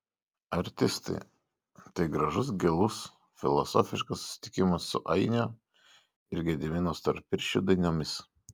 artistai tai gražus gilus filosofiškas susitikimas su ainio ir gedimino storpirščių dainomis